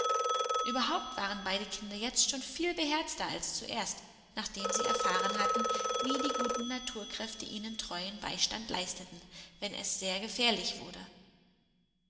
überhaupt waren beide kinder jetzt schon viel beherzter als zuerst nachdem sie erfahren hatten wie die guten naturkräfte ihnen treuen beistand leisteten wenn es sehr gefährlich wurde